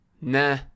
nah